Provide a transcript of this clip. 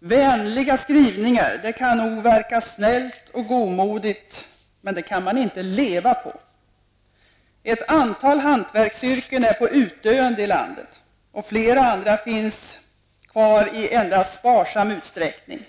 Vänliga skrivningar kan nog verka snällt och godmodigt, men man kan inte leva på dem. Ett antal hantverksyrken är på utdöende i landet och flera andra finns kvar i mycket sparsam utsträckning.